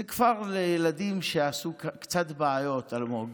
זה כפר לילדים שעשו קצת בעיות, אלמוג.